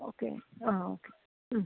okay ആ okay മ്മ്